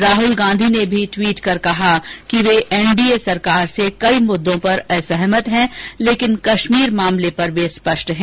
राहुॅल गांधी ने भी ट्वीट कर कहा कि वे एन डी ए सरकार से कई मुद्दों पर असहमत हैं लेकिन कश्मीर मामले पर वे स्पष्ट हैं